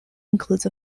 includes